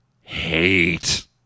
hate